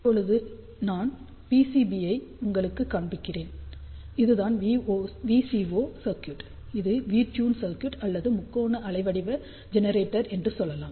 இப்போது நான் PCB ஐ உங்களுக்குக் காண்பிக்கிறேன் இதுதான் VCO சர்க்யூட் இது வி டியூன் சர்க்யூட் அல்லது முக்கோண அலைவடிவ ஜெனரேட்டர் என்று சொல்லலாம்